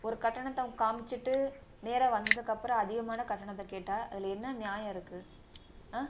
ஒரு கட்டணத்தை அவுங்க காம்மிச்சிட்டு நேராக வந்ததுக்கப்புறம் அதிகமான கட்டணத்தை கேட்டால் அதில் என்ன நியாயம் இருக்குது ஆ